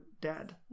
dead